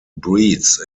breeds